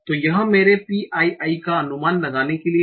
तो यह मेरे pi i का अनुमान लगाने के लिए है